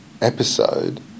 episode